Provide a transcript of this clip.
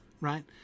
right